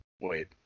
wait